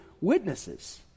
witnesses